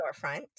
storefront